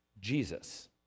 Jesus